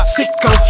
Sicko